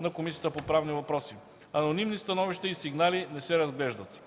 на e-mail: kpv1@parliament.bg. Анонимни становища и сигнали не се разглеждат.